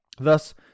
Thus